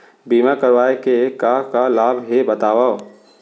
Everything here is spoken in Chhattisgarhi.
बीमा करवाय के का का लाभ हे बतावव?